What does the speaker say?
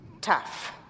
tough